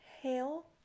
hail